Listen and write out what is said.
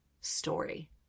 story